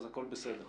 אז הכול בסדר.